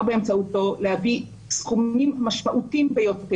באמצעותו להביא סכומים משמעותיים ביותר.